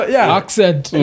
accent